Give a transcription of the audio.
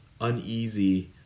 uneasy